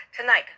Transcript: Tonight